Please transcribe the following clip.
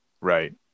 Right